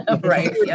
Right